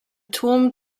turm